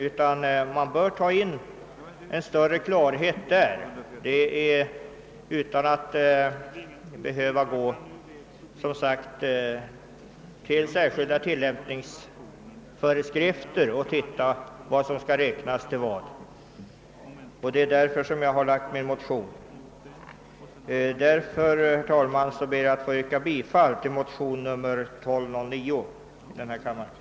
Vi bör skapa större klarhet redan i lagtexten, så att ingen behöver gå till några särskilda tillämpningsföreskrifter för att se vad som skall räknas som narkotiska medel. Det är som sagt anledningen till att jag har väckt min motion. Herr talman! Jag ber att få yrka bifall till motion II: 1209.